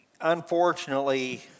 Unfortunately